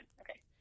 Okay